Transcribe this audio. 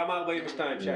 תמ"א/42.